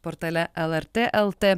portale lrt lt